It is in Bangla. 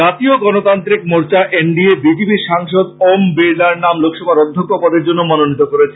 জাতীয় গণতান্ত্রিক মোর্চা N D A B J P সাংসদ ওম বিরলার নাম লোকসভার অধ্যক্ষ পদের জন্য মনোনীত করেছে